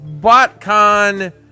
BotCon